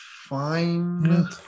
fine